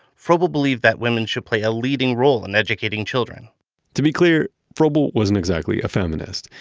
froebel believed that women should play a leading role in educating children to be clear, froebel wasn't exactly a feminist.